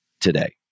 today